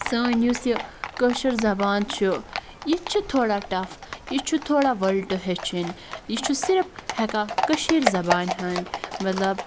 سٲنۍ یُس یہِ کٲشٕر زَبان چھُ یہِ تہِ چھُ تھوڑا ٹَف یہِ چھُ تھوڑا وٕلٹہٕ ہیٚچھِن یہِ چھُ صرف ہٮ۪کان کٔشیٖرِ زَبانہِ ہٕنٛدۍ مَطلَب